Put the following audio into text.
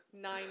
nine